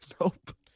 Nope